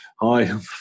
hi